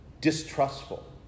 distrustful